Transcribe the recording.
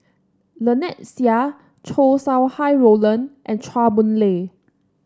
Lynnette Seah Chow Sau Hai Roland and Chua Boon Lay